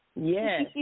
Yes